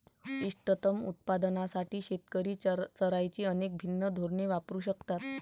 इष्टतम उत्पादनासाठी शेतकरी चराईची अनेक भिन्न धोरणे वापरू शकतात